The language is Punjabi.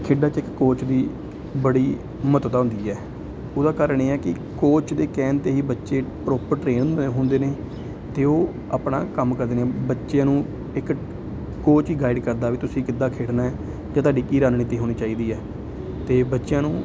ਖੇਡਾਂ 'ਚ ਇੱਕ ਕੋਚ ਦੀ ਬੜੀ ਮਹੱਤਤਾ ਹੁੰਦੀ ਹੈ ਉਹਦਾ ਕਾਰਨ ਇਹ ਹੈ ਕਿ ਕੋਚ ਦੇ ਕਹਿਣ 'ਤੇ ਹੀ ਬੱਚੇ ਪ੍ਰੋਪਰ ਟਰੇਨ ਹੁੰਦੇ ਨੇ ਅਤੇ ਉਹ ਆਪਣਾ ਕੰਮ ਕਰਦੇ ਨੇ ਬੱਚਿਆਂ ਨੂੰ ਇੱਕ ਕੋਚ ਹੀ ਗਾਈਡ ਕਰਦਾ ਵੀ ਤੁਸੀਂ ਕਿੱਦਾਂ ਖੇਡਣਾ ਅਤੇ ਤੁਹਾਡੀ ਕੀ ਰਣਨੀਤੀ ਹੋਣੀ ਚਾਹੀਦੀ ਹੈ ਅਤੇ ਬੱਚਿਆਂ ਨੂੰ